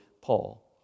Paul